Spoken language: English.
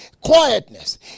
quietness